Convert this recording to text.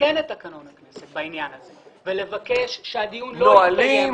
לתקן את תקנון הכנסת בעניין הזה ולבקש שהדיון לא יתקיים --- נהלים,